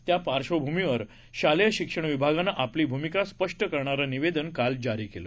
त्यापार्श्वभूमीवरशालेयशिक्षणविभागानंआपलीभूमिकास्पष्टकरणारंनिवेदनकालजारीकेलं